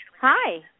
Hi